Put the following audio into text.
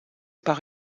par